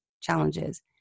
challenges